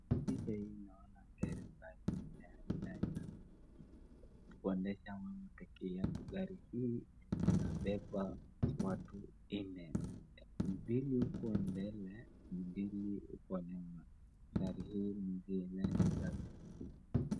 Picha hii naona gari ambayo ni aina ya kuendesha wewe peke yako, gari hii inabeba watu wanne, wawili huko mbele na wawili huko nyuma. Gari hii ni ingine safi.